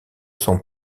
son